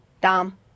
Dom